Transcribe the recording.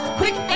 quick